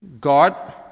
God